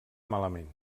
malament